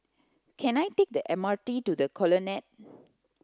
can I take the M R T to the Colonnade